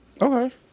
Okay